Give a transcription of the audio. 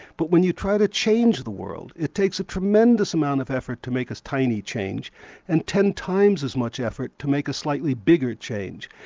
but when you try to change the world, it takes a tremendous amount of effort to make a tiny change and ten times as much effort to make a slightly bigger change.